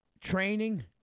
training